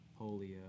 Polio